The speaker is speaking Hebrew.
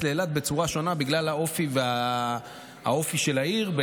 לאילת בצורה שונה בגלל האופי של העיר,